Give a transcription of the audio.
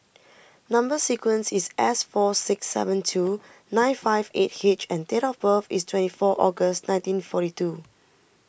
Number Sequence is S four six seven two nine five eight eight H and date of birth is twenty four August nineteen forty two